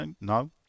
No